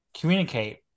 communicate